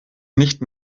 nicht